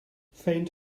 faint